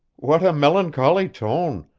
what a melancholy tone!